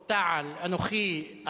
מעניין.